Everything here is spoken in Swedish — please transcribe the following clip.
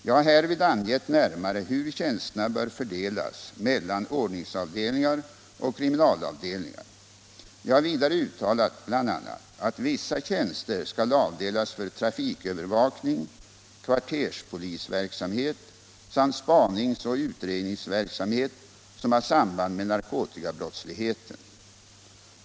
Jag har härvid angett närmare hur tjänsterna bör fördelas mellan ordningsavdelningar och kriminalavdelningar. Jag har vidare uttalat bl.a. att vissa tjänster skall avdelas för trafikövervakning, kvarterspolisverksamhet samt spanings och utredningsverksamhet som har samband med narkotikabrottsligheten.